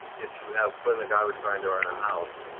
if you have put in a garbage grinder in a house,